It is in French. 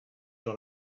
dans